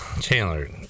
Chandler